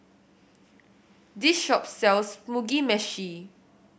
this shop sells Mugi Meshi